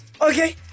Okay